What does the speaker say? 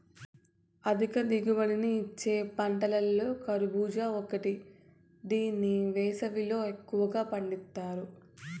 అధిక దిగుబడిని ఇచ్చే పంటలలో కర్భూజ ఒకటి దీన్ని వేసవిలో ఎక్కువగా పండిత్తారు